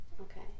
Okay